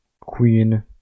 queen